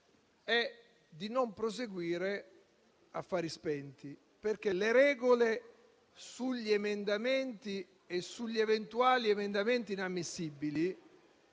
è di non proseguire a fari spenti. Infatti, le regole sugli emendamenti e sugli eventuali emendamenti inammissibili,